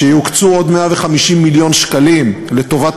שיוקצו עוד 150 מיליון שקלים לטובת